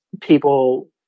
people